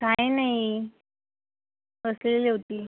काही नाही बसलेले होती